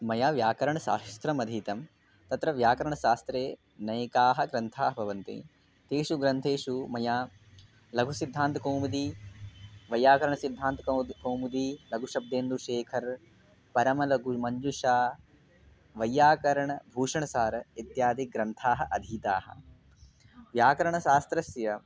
मया व्याकरणशास्त्रमधीतं तत्र व्याकरणशास्त्रे नैकाः ग्रन्थाः भवन्ति तेषु ग्रन्थेषु मया लघुसिद्धान्तकौमुदी वैयाकरणसिद्धान्तकौमुदी कौमुदी लघुशब्देन्दुशेखरः परमलघुमञ्जुषा वैयाकरणभूषणसारः इत्यादिग्रन्थाः अधीताः व्याकरणशास्त्रस्य